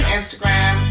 Instagram